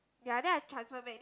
ya then I transfer back then I